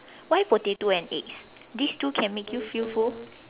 why potato and eggs this two can make you feel full